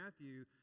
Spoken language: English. Matthew